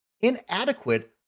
inadequate